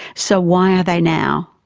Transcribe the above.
so why are they now?